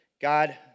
God